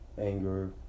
anger